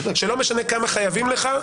ולא משנה כמה חייבים לך,